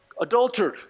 adultered